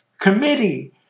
committee